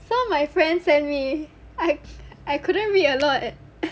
some of my friends and me I I couldn't read a lot eh